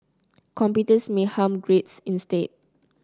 computers may harm grades instead